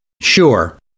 sure